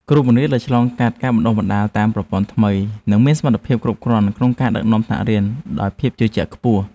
គ្រូបង្រៀនដែលឆ្លងកាត់ការបណ្តុះបណ្តាលតាមប្រព័ន្ធថ្មីនឹងមានសមត្ថភាពគ្រប់គ្រាន់ក្នុងការដឹកនាំថ្នាក់រៀនដោយភាពជឿជាក់ខ្ពស់។